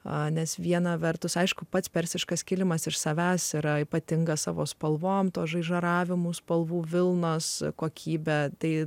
anės viena vertus aišku pats persiškas kilimas iš savęs yra ypatingas savo spalvom tuos žaižaravimus spalvų vilnos kokybę tai